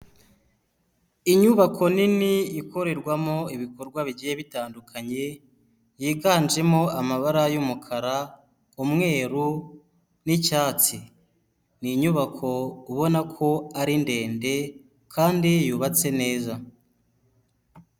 Inyubako nini ikorerwamo ibikorwa bigiye bitandukanye, yiganjemo amabara y'umukara umweru, n'icyatsi. Ni inyubako ubona ko ari ndende kandi yubatse neza.